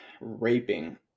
raping